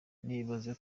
nibaze